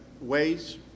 ways